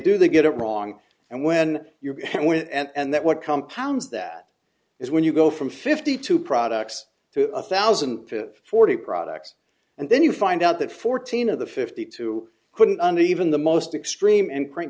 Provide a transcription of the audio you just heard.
do they get it wrong and when you're behind one and that what compounds that is when you go from fifty two products to a thousand and forty products and then you find out that fourteen of the fifty two couldn't even the most extreme and